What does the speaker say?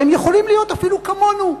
הם יכולים להיות אפילו כמונו",